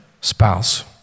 spouse